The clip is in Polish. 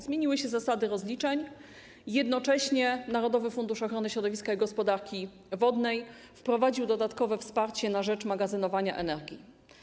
Zmieniły się zasady rozliczeń i jednocześnie Narodowy Fundusz Ochrony Środowiska i Gospodarki Wodnej wprowadził dodatkowe wsparcie na rzecz magazynowania energii.